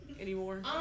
anymore